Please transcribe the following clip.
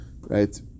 right